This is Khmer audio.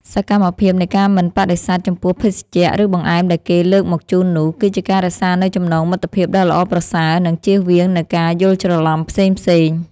សកម្មភាពនៃការមិនបដិសេធចំពោះភេសជ្ជៈ ឬបង្អែមដែលគេលើកមកជូននោះ គឺជាការរក្សានូវចំណងមិត្តភាពដ៏ល្អប្រសើរ និងជៀសវាងនូវការយល់ច្រឡំផ្សេងៗ។